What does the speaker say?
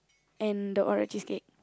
and the Oreo cheesecake